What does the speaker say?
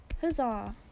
Huzzah